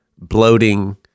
bloating